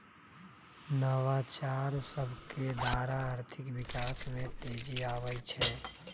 नवाचार सभकेद्वारा आर्थिक विकास में तेजी आबइ छै